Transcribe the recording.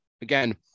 again